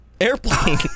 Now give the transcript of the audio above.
airplane